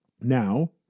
Now